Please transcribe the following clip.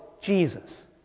Jesus